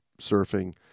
surfing